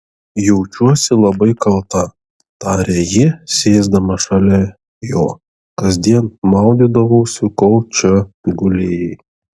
jaučiuosi labai kalta tarė ji sėsdama šalia jo kasdien maudydavausi kol čia gulėjai